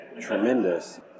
tremendous